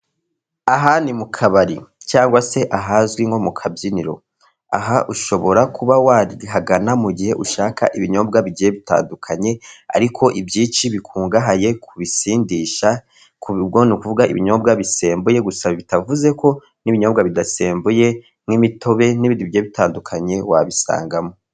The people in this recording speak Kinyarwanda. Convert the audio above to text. Aha ni mu kabari cyangwa se ahazwi nko mu kabyiniro. Aha ushobora kuba wahagana mu gihe ushaka ibinyobwa bigiye bitandukanye ariko ibyinshi bikungahaye ku bisindisha, ni ukuvuga ibinyobwa bisembuye gusa bitavuze ko n'ibinyobwa bidasembuye nk'imitobe n'ibindi bitandukanye wabisangamo.